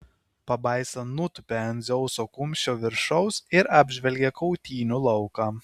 pabaisa nutūpė ant dzeuso kumščio viršaus ir apžvelgė kautynių lauką